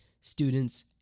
students